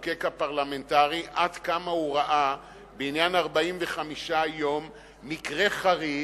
עד כמה הוא ראה בעניין 45 מקרה חריג,